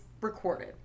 recorded